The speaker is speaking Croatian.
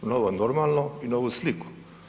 Novo normalno i novu sliku.